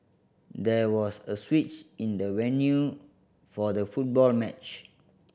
there was a switch in the venue for the football match